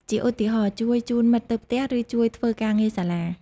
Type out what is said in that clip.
ជាឧទាហរណ៍ ជួយជូនមិត្តទៅផ្ទះ ឬ ជួយធ្វើការងារសាលា។